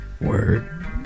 Word